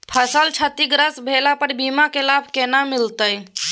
फसल क्षतिग्रस्त भेला पर बीमा के लाभ केना मिलत?